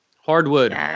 Hardwood